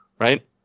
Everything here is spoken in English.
right